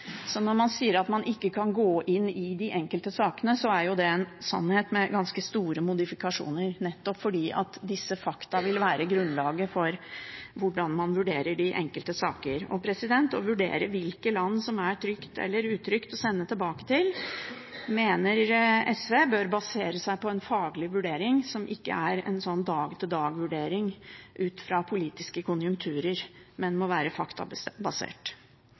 Så når man sier at man ikke kan gå inn i de enkelte sakene, er det en sannhet med ganske store modifikasjoner, nettopp fordi disse fakta vil være grunnlaget for hvordan man vurderer de enkelte sakene. Å vurdere hvilke land som det er trygt eller utrygt å sende personer tilbake til, mener SV bør basere seg på en faglig vurdering som ikke er en dag-til-dag-vurdering ut fra politiske konjunkturer – det må være